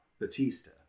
Batista